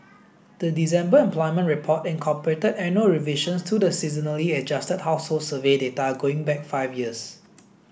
the December employment report incorporated annual revisions to the seasonally adjusted household survey data going back five years